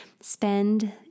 spend